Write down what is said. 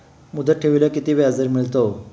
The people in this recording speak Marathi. मुदत ठेवीला किती व्याजदर मिळतो?